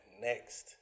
next